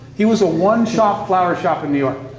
he was a one-shop flower shop in new york,